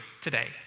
today